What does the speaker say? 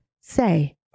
say